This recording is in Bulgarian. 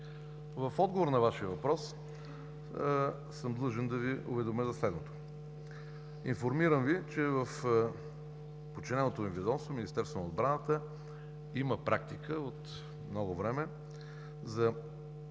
В отговор на Вашия въпрос съм длъжен да Ви уведомя за следното. Информирам Ви, че в подчиненото ми ведомство – Министерството на отбраната, има практика от много време за